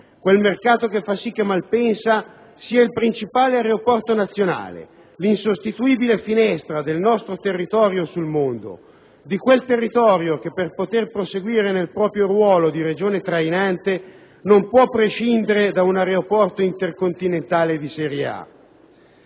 quel mercato che fa sì che Malpensa sia il principale aeroporto nazionale, l'insostituibile finestra del nostro territorio sul mondo, di quel territorio che per poter proseguire nel proprio ruolo di regione trainante non può prescindere da un aeroporto intercontinentale di serie A.